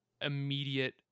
immediate